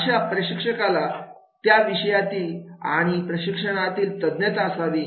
अशा प्रशिक्षकाला त्या विषयातील आणि प्रशिक्षणातील तज्ञता असावी